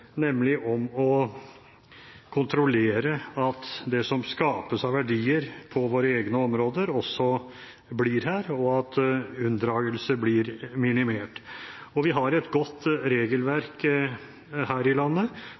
nemlig om å kontrollere at det som skapes av verdier på våre egne områder, også blir her, og at unndragelse blir minimert. Vi har et godt regelverk her i landet,